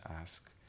ask